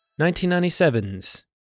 1997's